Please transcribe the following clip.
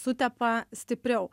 sutepa stipriau